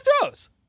throws